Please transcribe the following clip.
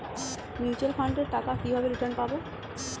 Mutual ফান্ডের টাকা কিভাবে রিটার্ন পাব?